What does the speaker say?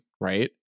right